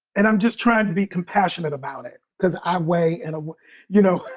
and i'm just trying to be compassionate about it because i weigh, and you know,